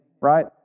right